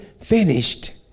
finished